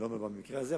אני לא אומר במקרה הזה,